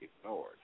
ignored